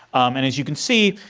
and as you can see,